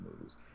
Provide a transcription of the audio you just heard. movies